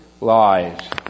lies